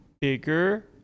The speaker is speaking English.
bigger